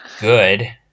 good